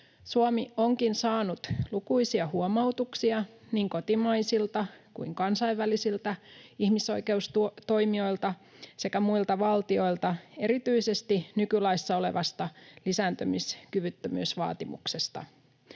Suomi onkin saanut lukuisia huomautuksia niin kotimaisilta kuin kansainvälisiltä ihmisoikeustoimijoilta sekä muilta valtioilta erityisesti nykylaissa olevasta lisääntymiskyvyttömyysvaatimuksesta.